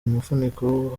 mufuniko